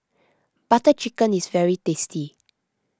Butter Chicken is very tasty